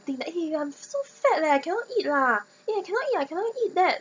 think like eh I'm so fat leh cannot eat lah eh I cannot eat I cannot eat that